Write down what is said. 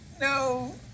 No